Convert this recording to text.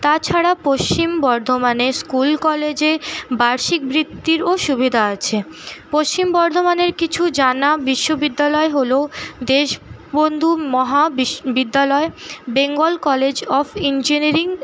তাছাড়া পশ্চিম বর্ধমানে স্কুল কলেজে বার্ষিক বৃত্তিরও সুবিধা আছে পশ্চিম বর্ধমানের কিছু জানা বিশ্ববিদ্যালয় হল দেশবন্ধু মহা বিশ বিদ্যালয় বেঙ্গল কলেজ অফ ইঞ্জিনিয়ারিং